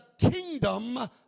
kingdom